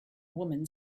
woman